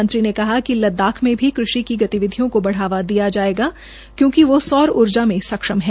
मंत्री ने कहा कि लद्दाख में भी कृषि की गतिविधियों को बढ़ावा दिया जायेगा क्योकि वे सौर ऊर्जा मे सक्षम है